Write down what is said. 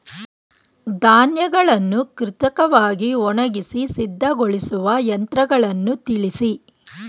ಧಾನ್ಯಗಳನ್ನು ಕೃತಕವಾಗಿ ಒಣಗಿಸಿ ಸಿದ್ದಗೊಳಿಸುವ ಯಂತ್ರಗಳನ್ನು ತಿಳಿಸಿ?